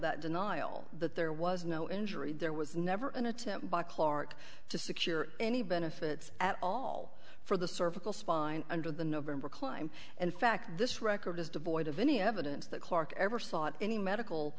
that denial that there was no injury there was never an attempt by clarke to secure any benefits at all for the cervical spine under the november climb in fact this record is devoid of any evidence that clarke ever sought any medical